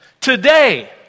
Today